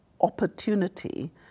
opportunity